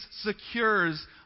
secures